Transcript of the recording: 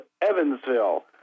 Evansville